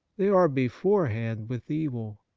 they are beforehand with evil,